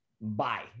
Bye